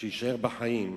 שיישאר בחיים,